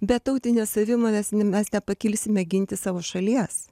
be tautinės savimonės mes nepakilsime ginti savo šalies